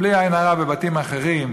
בלי עין הרע, בבתים אחרים,